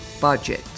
budget